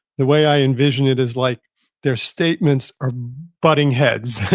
the way i envision it is like their statements are butting heads.